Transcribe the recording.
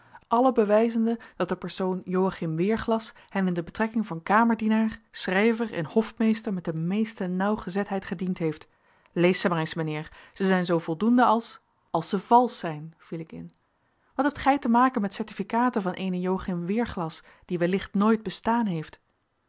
alle bewijzende dat de persoon joachim waarglas hen in de betrekking van kamerdienaar schrijver en hofmeester met de meeste nauwgezetheid gediend heeft lees ze maar eens mijnheer zij zijn zoo voldoende als als zij valsch zijn viel ik in wat hebt gij te maken met certificaten van eenen joachim weerglas die wellicht nooit bestaan heeft